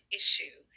issue